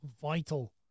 vital